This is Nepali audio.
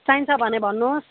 चाहिन्छ भने भन्नुहोस्